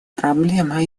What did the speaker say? проблема